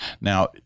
Now